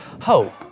hope